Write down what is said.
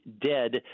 dead